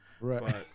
Right